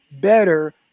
better